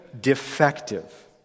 defective